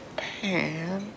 pan